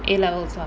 A levels lah